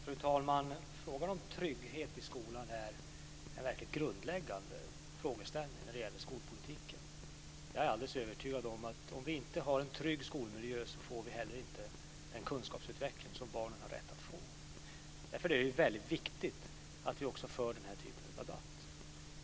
Fru talman! Frågan om trygghet i skolan är verkligt grundläggande i skolpolitiken. Jag är alldeles övertygad om att om vi inte har en trygg skolmiljö får vi heller inte den kunskapsutveckling som barnen har rätt att få. Därför är det väldigt viktigt att vi också för den här typen av debatt.